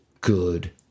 good